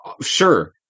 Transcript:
sure